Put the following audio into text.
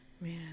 man